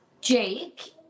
Jake